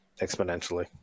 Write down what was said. exponentially